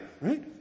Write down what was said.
Right